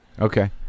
okay